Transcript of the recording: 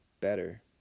better